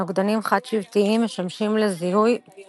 נוגדנים חד שבטיים משמשים לזיהוי וניקוי חומרים,